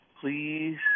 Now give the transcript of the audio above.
please